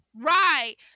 right